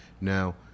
Now